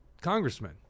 congressman